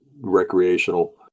recreational